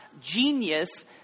genius